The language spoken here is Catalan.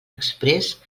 exprés